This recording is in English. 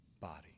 body